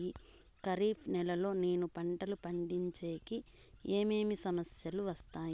ఖరీఫ్ నెలలో నేను పంటలు పండించేకి ఏమేమి సమస్యలు వస్తాయి?